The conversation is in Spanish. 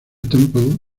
temple